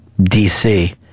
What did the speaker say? DC